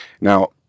now